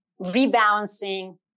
rebalancing